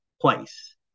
place